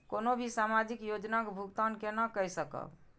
कोनो भी सामाजिक योजना के भुगतान केना कई सकब?